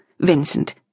Vincent